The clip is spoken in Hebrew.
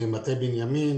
מטה בנימין,